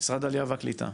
משרד העלייה והקליטה.